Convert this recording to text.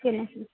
okay ना sir